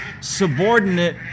subordinate